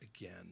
again